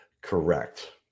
Correct